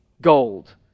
gold